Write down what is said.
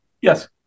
Yes